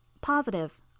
Positive